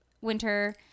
winter